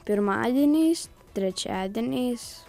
pirmadieniais trečiadieniais